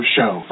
Show